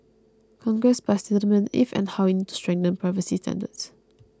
Congress must determine if and how we need to strengthen privacy standards